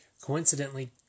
Coincidentally